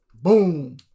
boom